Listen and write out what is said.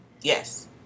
Yes